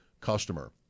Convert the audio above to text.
customer